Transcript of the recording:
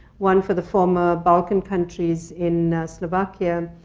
one for the former balkan countries in slovakia,